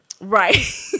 Right